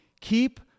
Keep